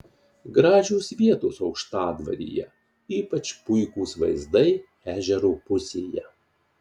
gražios vietos aukštadvaryje ypač puikūs vaizdai ežero pusėje